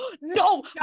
No